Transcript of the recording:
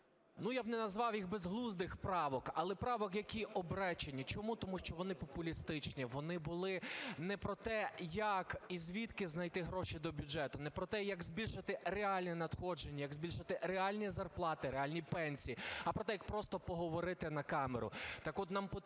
я б не назвав їх - безглуздих правок, але правок, які обречені. Чому? Тому що вони популістичні, вони були не про те, як і звідки знайти гроші до бюджету, не про те, як збільшити реальні надходження, як збільшити реальні зарплати, реальні пенсії, а про те, як просто поговорити на камеру.